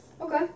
Okay